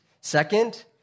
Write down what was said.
Second